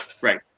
Right